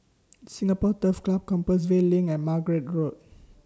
Singapore Turf Club Compassvale LINK and Margate Road